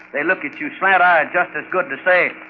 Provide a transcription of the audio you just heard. they look at you slant-eyed just as good to say,